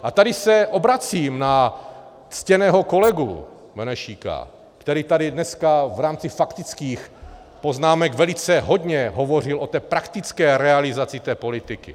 A tady se obracím na ctěného kolegu Benešíka, který tady dneska v rámci faktických poznámek hodně hovořil o praktické realizaci té politiky.